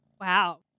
Wow